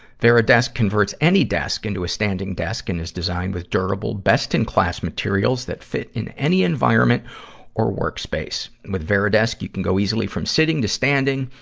varidesk converts any desk into a standing desk and is designed with durable best-in-class materials that fit in any environment or work space with varidesk, you can go easily from sitting to standing,